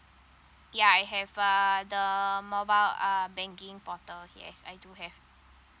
yeah I have uh the mobile uh banking portal yes I do have